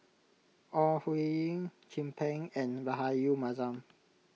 Ore Huiying Chin Peng and Rahayu Mahzam